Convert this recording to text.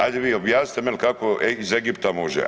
Ajde vi objasnite meni kako iz Egipta može?